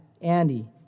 Andy